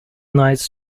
knights